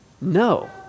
No